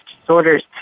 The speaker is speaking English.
disorders